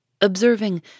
observing